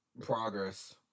progress